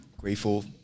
grateful